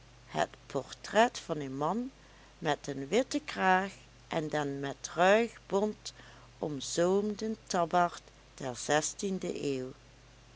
het portret van een man met den witten kraag en den met ruig bont omzoomden tabbaard der zestiende eeuw